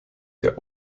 der